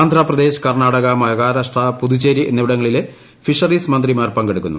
ആന്ധ്രപ്രദേശ് കർണാടക മഹാരാഷ്ട്ര പുതുച്ചേരി എന്നിവിടങ്ങളിലെ ഫിഷറീസ് മന്ത്രിമാർ പങ്കെടുക്കുന്നു